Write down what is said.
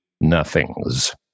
nothings